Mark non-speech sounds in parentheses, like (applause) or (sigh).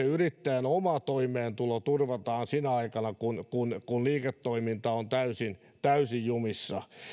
(unintelligible) yrittäjän oma toimeentulo turvataan sinä aikana kun kun liiketoiminta on täysin täysin jumissa